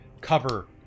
cover